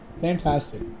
Fantastic